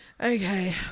Okay